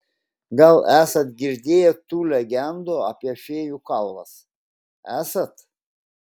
gal esat girdėję tų legendų apie fėjų kalvas esat